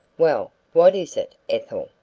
well, what is it, ethel?